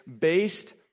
based